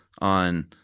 on